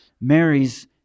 Mary's